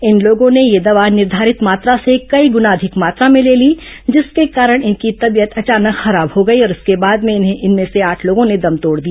इन लोगों ने ये दवा निर्धारित मात्रा से कई गना अधिक मात्रा में ले ली जिसके कारण इनकी तबीयत अचानक खराब हो गई और बाद में इनमें से आठ लोगों ने दम तोड़ दिया